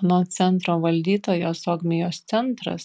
anot centro valdytojos ogmios centras